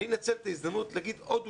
אני מנצל את ההזדמנות להביא עוד דוגמה.